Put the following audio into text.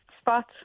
spots